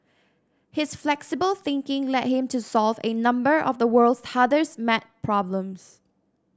his flexible thinking led him to solve a number of the world's hardest maths problems